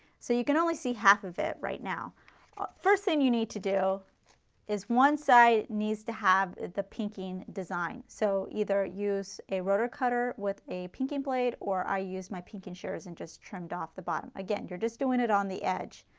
so you can only see half of it, right now. the first thing you need to do is one side needs to have the pinking design. so either use a rotor cutter with a pinking blade or i use my pinking shears and just trimmed off the bottom. again you are just doing it on the edge,